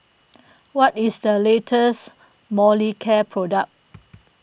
what is the latest Molicare product